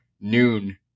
noon